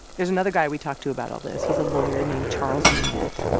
there's another guy we talked to about all this. he's a lawyer named charles monnett.